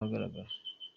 ahagaragara